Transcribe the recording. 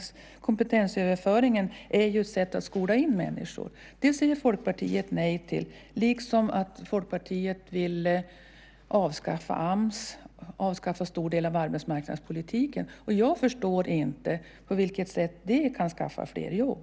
Kompetensöverföringen är ju ett sätt att skola in människor. Det säger Folkpartiet nej till. Folkpartiet vill också avskaffa Ams och en stor del av arbetsmarknadspolitiken. Jag förstår inte på vilket sätt det kan skaffa fler jobb.